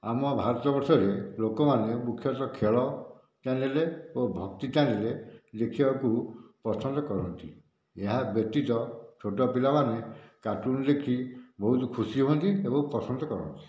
ଆମ ଭାରତ ବର୍ଷରେ ଲୋକମାନେ ମୁଖ୍ୟତଃ ଖେଳ ଚାଲିଲେ ଓ ଭକ୍ତି ଚାଲିଲେ ଦେଖିବାକୁ ପସନ୍ଦ କରନ୍ତି ଏହା ବ୍ୟତୀତ ଛୋଟ ପିଲାମାନେ କାର୍ଟୁନ୍ ଦେଖି ବହୁତ ଖୁସି ହୁଅନ୍ତି ଏବଂ ପସନ୍ଦ କରନ୍ତି